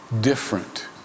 different